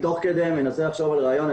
תוך כדי אני מנסה לחשוב על רעיון.